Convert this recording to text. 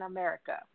America